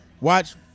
watch